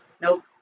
nope